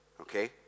okay